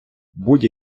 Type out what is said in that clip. будь